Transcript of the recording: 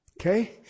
Okay